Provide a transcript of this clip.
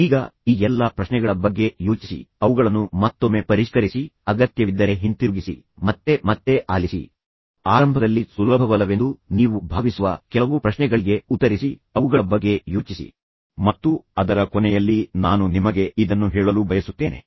ಈಗ ಈ ಎಲ್ಲಾ ಪ್ರಶ್ನೆಗಳ ಬಗ್ಗೆ ಯೋಚಿಸಿ ಅವುಗಳನ್ನು ಮತ್ತೊಮ್ಮೆ ಪರಿಷ್ಕರಿಸಿ ಅಗತ್ಯವಿದ್ದರೆ ಹಿಂತಿರುಗಿಸಿ ಮತ್ತೆ ಮತ್ತೆ ಆಲಿಸಿ ಆರಂಭದಲ್ಲಿ ಸುಲಭವಲ್ಲವೆಂದು ನೀವು ಭಾವಿಸುವ ಕೆಲವು ಪ್ರಶ್ನೆಗಳಿಗೆ ಉತ್ತರಿಸಿ ಅವುಗಳ ಬಗ್ಗೆ ಯೋಚಿಸಿ ಮತ್ತು ಅದರ ಕೊನೆಯಲ್ಲಿ ನಾನು ನಿಮಗೆ ಇದನ್ನು ಹೇಳಲು ಬಯಸುತ್ತೇನೆ